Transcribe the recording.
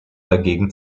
dagegen